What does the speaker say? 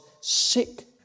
sick